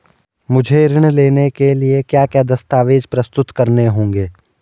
मुझे ऋण लेने के लिए क्या क्या दस्तावेज़ प्रस्तुत करने होंगे?